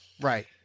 right